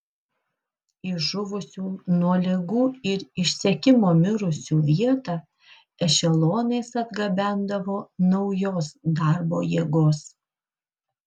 į žuvusių nuo ligų ir išsekimo mirusių vietą ešelonais atgabendavo naujos darbo jėgos